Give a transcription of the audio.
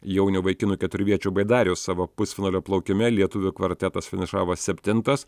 jaunių vaikinų keturviečių baidarių savo pusfinalio plaukime lietuvių kvartetas finišavo septintas